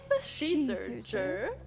SheSearcher